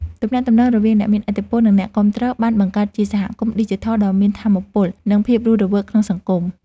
ទំនាក់ទំនងរវាងអ្នកមានឥទ្ធិពលនិងអ្នកគាំទ្របានបង្កើតជាសហគមន៍ឌីជីថលដ៏មានថាមពលនិងភាពរស់រវើកក្នុងសង្គម។